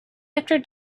after